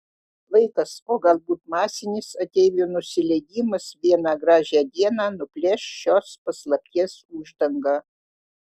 laikas o galbūt masinis ateivių nusileidimas vieną gražią dieną nuplėš šios paslapties uždangą